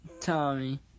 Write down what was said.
Tommy